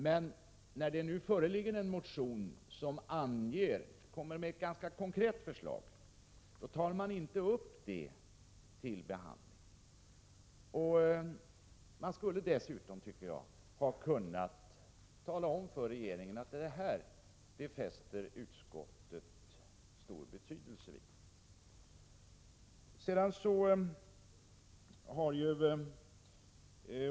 Men när det nu föreligger en motion med konkret förslag tar man det inte upp till behandling. Dessutom skulle man ha kunnat tala om för regeringen att utskottet tillmäter detta stor betydelse.